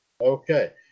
Okay